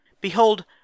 behold